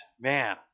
man